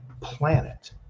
planet